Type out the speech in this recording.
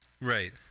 Right